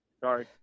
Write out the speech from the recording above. Sorry